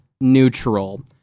neutral